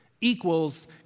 equals